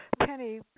Penny